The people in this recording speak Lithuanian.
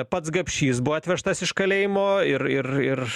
pats gapšys buvo atvežtas iš kalėjimo ir ir ir